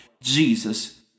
Jesus